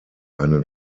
einen